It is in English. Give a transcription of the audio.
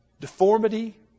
deformity